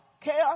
chaos